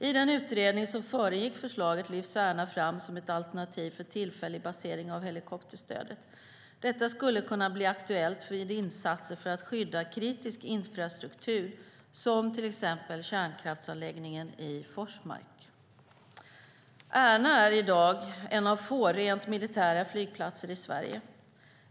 I den utredning som föregick förslaget lyfts Ärna fram som ett alternativ för tillfällig basering av helikopterstödet. Detta skulle kunna bli aktuellt vid insatser för att skydda kritisk infrastruktur som till exempel kärnkraftsanläggningen i Forsmark. Ärna är i dag en av få rent militära flygplatser i Sverige.